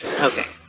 Okay